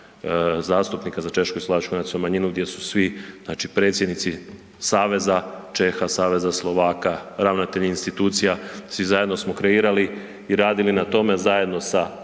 za češku i slovačku nacionalnu manjinu, gdje su svi, znači predsjednici saveza Čeha, saveza Slovaka, ravnatelji institucija, svi zajedno smo kreirali i radili na tome zajedno sa